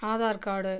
Aadhaar card